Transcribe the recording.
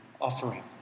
offering